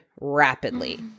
rapidly